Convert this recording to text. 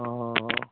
অঁ